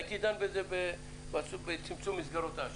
הייתי דן בצמצום מסגרות האשראי.